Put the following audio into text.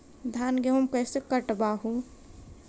धाना, गेहुमा कैसे कटबा हू?